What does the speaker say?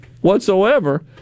whatsoever